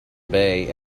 bay